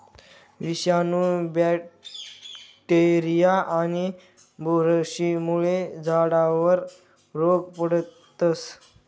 विषाणू, बॅक्टेरीया आणि बुरशीमुळे झाडावर रोग पडस